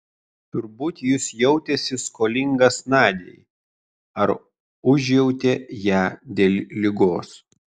turbūt jis jautėsi skolingas nadiai ar užjautė ją dėl ligos